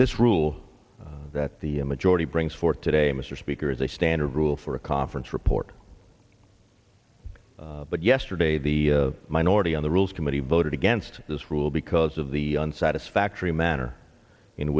this rule that the majority brings forth today mr speaker is a standard rule for a conference report but yesterday the minority on the rules committee voted against this rule because of the satisfactory manner in